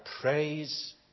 praise